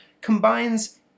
combines